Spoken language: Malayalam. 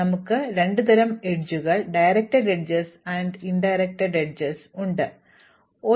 നമുക്ക് രണ്ട് തരം അരികുകൾ പരോക്ഷമല്ലാത്ത അരികുകൾ സംവിധാനം ചെയ്ത അരികുകൾ എന്നിവ ഉണ്ടാകാം